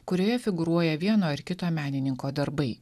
kurioje figūruoja vieno ar kito menininko darbai